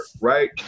right